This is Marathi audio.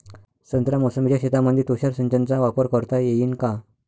संत्रा मोसंबीच्या शेतामंदी तुषार सिंचनचा वापर करता येईन का?